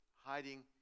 hiding